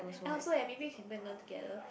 I also eh maybe can go and learn together